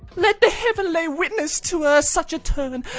let the heaven lay witnes' to er such a turn,